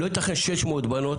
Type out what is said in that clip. לא ייתכן ש- 600 בנות